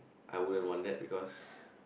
I wouldn't want that because